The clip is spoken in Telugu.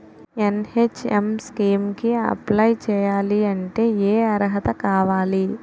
ఎన్.హెచ్.ఎం స్కీమ్ కి అప్లై చేయాలి అంటే ఏ అర్హత కావాలి?